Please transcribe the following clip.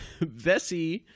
Vessi